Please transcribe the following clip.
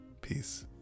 peace